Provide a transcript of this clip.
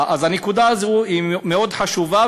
אז הנקודה הזאת היא מאוד חשובה.